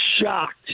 shocked